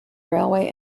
railway